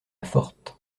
forte